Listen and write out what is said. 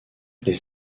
les